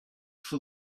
for